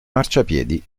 marciapiedi